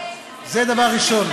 זה דבר ראשון.